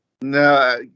No